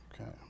Okay